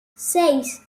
seis